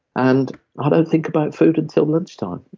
and ah don't think about food until lunch time.